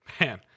man